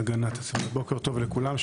בוקר טוב לכולם.